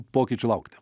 pokyčių laukti